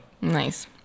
Nice